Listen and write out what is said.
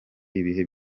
ibihe